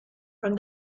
from